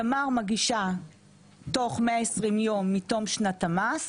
תמר מגישה בתוך 120 ימים מתום שנת המס,